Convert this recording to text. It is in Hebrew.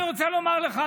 אני רוצה לומר לך,